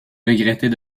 regrettait